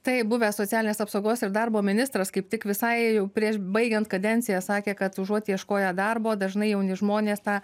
tai buvęs socialinės apsaugos ir darbo ministras kaip tik visai jau prieš baigiant kadenciją sakė kad užuot ieškoję darbo dažnai jauni žmonės tą